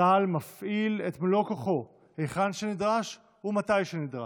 צה"ל מפעיל את מלוא כוחו היכן שנדרש ומתי שנדרש,